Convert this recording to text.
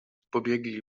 pobiegli